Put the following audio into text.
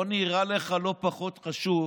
לא נראה לך לא פחות חשוב